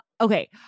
Okay